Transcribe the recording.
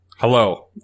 Hello